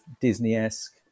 Disney-esque